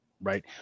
right